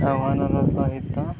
ଆହ୍ୱାନର ସହିତ